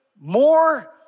more